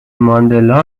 ماندلا